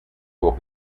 will